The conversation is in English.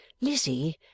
Lizzie